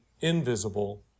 invisible